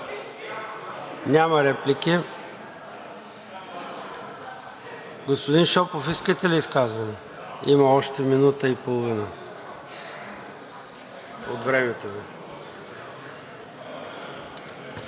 Няма. Господин Шопов, искате ли изказване, има още минута и половина от времето Ви.